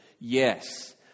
Yes